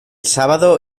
sábado